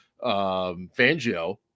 Fangio